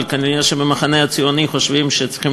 כנראה במחנה הציוני חושבים שצריכים